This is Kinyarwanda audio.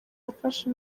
yafashe